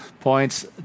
points